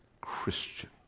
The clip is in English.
Christian